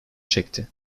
çekti